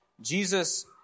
Jesus